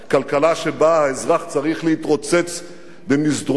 כלכלה שבה האזרח צריך להתרוצץ במסדרונות